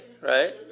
right